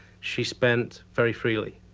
she spent very freely.